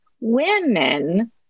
women